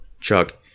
Chuck